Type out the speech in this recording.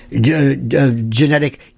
genetic